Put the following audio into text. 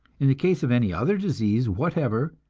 in the case of any other disease whatever,